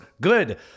good